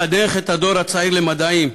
לחנך את הדור הצעיר למדעים,